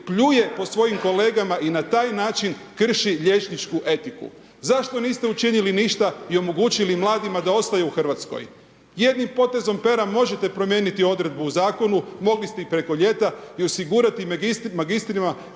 pljuje po svojim kolegama i na taj način krši liječničku etiku? Zašto niste učinili ništa i omogućili mladima da ostaju u RH? Jednim potezom pera možete promijeniti odredbu u Zakonu, mogli ste i preko ljeta i osigurati magistrima